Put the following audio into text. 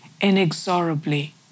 inexorably